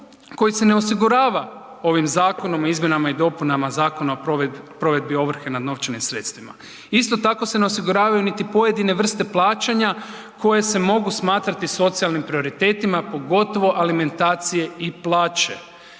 koji se ne osigurava ovim zakonom o izmjenama i dopunama Zakona o provedbi ovrhe nad novčanim sredstvima. Isto tako se ne osiguravaju niti pojedine vrste plaćanja koje se mogu smatrati socijalnim prioritetima pogotovo alimentacije i plaće.